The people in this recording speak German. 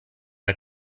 der